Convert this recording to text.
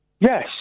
Yes